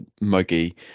muggy